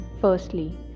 Firstly